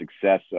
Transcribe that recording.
success